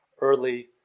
early